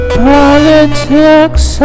politics